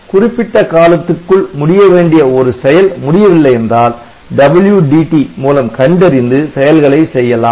குறிப்பிட்ட காலத்துக்குள் முடிய வேண்டிய ஒரு செயல் முடிய வில்லை என்றால் WDT மூலம் கண்டறிந்து செயல்களை செய்யலாம்